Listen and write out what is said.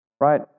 right